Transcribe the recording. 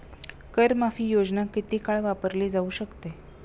कर माफी योजना किती काळ वापरली जाऊ शकते?